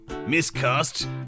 Miscast